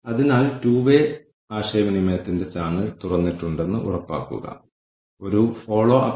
കാരണം നമ്മൾ മാത്രമാണ് ഇത് ഉൽപ്പാദിപ്പിക്കുന്നത് അല്ലെങ്കിൽ വിവിധ കാരണങ്ങളാവാം